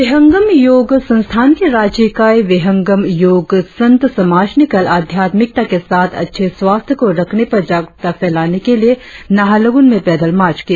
विहंगम योग संस्थान की राज्य इकाई विहंगम योग संत समाज ने कल आध्यात्मिकता के साथ अच्छे स्वास्थ्य को रखने पर जागरुकता फैलाने के लिए नाहरलगुन में पैदल मार्च की